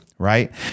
right